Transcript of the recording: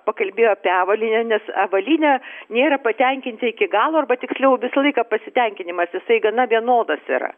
pakalbėjo apie avalynę nes avalynė nėra patenkinti iki galo arba tiksliau visą laiką pasitenkinimas jisai gana vienodas yra